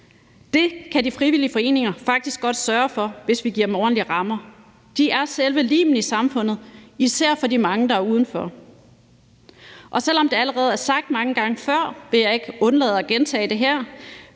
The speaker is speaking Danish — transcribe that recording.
Det kan de frivillige foreninger faktisk godt sørge for, hvis vi giver dem ordentlige rammer. De er selve limen i samfundet, især for de mange, der er udenfor. Og selv om det allerede er sagt mange gange før, vil jeg ikke undlade at gentage det her: